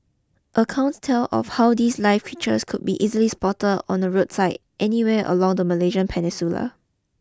accounts tell of how these live creatures could be easily spotted on the roadside anywhere along the Malaysian Peninsula